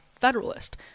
Federalist